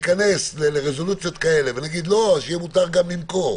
להיכנס לרזולוציות כאלה ונגיד שיהיה מותר גם למכור,